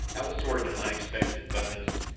that was sort of an unexpected bonus,